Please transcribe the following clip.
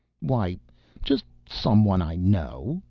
why just someone i know,